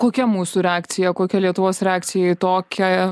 kokia mūsų reakcija kokia lietuvos reakcija į tokią